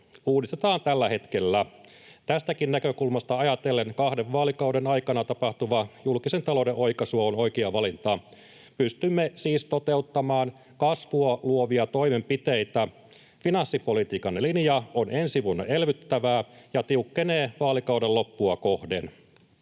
uudistetaan tällä hetkellä. Tästäkin näkökulmasta ajatellen kahden vaalikauden aikana tapahtuva julkisen talouden oikaisu on oikea valinta. Pystymme siis toteuttamaan kasvua luovia toimenpiteitä. Finanssipolitiikan linja on ensi vuonna elvyttävää ja tiukkenee vaalikauden loppua kohden.